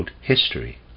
history